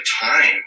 time